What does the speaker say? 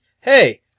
hey